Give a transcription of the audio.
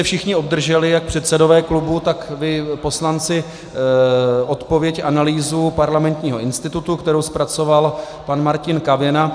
Všichni jste obdrželi, jak předsedové klubů, tak i vy poslanci, odpověď, analýzu Parlamentního institutu, kterou zpracoval pan Martin Kavina.